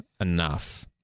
enough